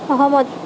সহমত